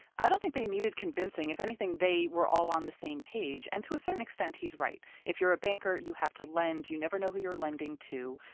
i don't think they needed convincing. if anything, they were all on the same page. and to a certain extent, he's right. if you're a banker, you have to lend, you never know who you're lending to.